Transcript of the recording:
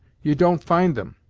you don't find them,